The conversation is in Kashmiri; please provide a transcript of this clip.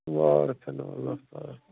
وارٕ تھٲینو اللہ تعالیٰ